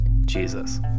Jesus